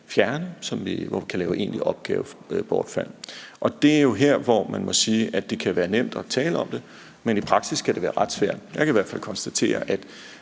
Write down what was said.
fjerne, og hvor vi kan lave et egentligt opgavebortfald. Og det er jo her, hvor man må sige at det kan være nemt at tale om det, men at det i praksis kan være ret svært. Jeg kan i hvert fald konstatere, at